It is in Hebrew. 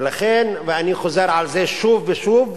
ולכן, אני חוזר על זה שוב ושוב: